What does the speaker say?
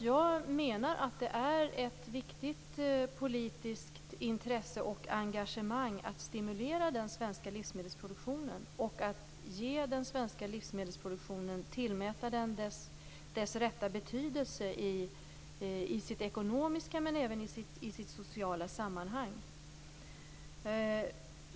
Jag menar att det är ett viktigt politiskt intresse och engagemang att stimulera den svenska livsmedelsproduktionen och att tillmäta den dess rätta värde i ett ekonomiskt och socialt sammanhang.